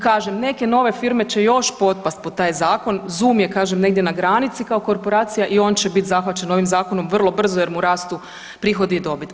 Kažem neke nove firme će još potpast pod taj zakon, zum je kažem negdje na granici kao korporacija i on će bit zahvaćen ovim zakonom vrlo brzo jer mu rastu prihodi i dobit.